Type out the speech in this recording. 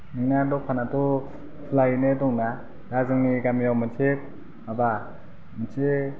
नोंना दखानाथ' खुलायैनो दंना दा जोंनि गामियाव मोनसे माबा मोनसे